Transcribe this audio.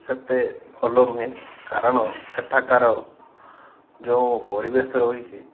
ସେତେ ଭଲ ନୁହେଁ କାରଣ ସେଠାକାର ଯେଉଁ ପରିବେଶ ରହିଛି